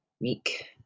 week